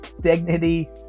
dignity